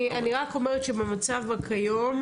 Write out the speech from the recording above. אני רק אומרת שבמצב הנהוג כיום,